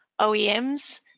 OEMs